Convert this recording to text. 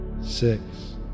six